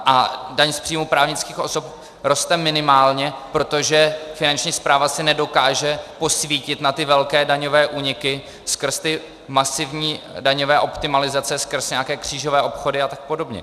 A daň z příjmů právnických osob roste minimálně, protože Finanční správa si nedokáže posvítit na ty velké daňové úniky skrz ty masivní daňové optimalizace, skrz nějaké křížové obchody apod.